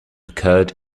occurred